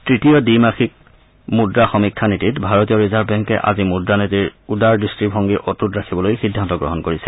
তৃতীয় দ্বি মাষিক মূদ্ৰা সমীক্ষা নীতিত ভাৰতীয় ৰিজাৰ্ভ বেংকে আজি মুদ্ৰা নীতিৰ উদাৰ দৃষ্টিভংগী অটুট ৰাখিবলৈ সিদ্ধান্ত গ্ৰহণ কৰিছে